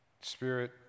Spirit